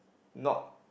not